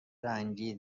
رنگی